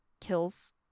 kills